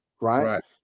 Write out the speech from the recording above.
right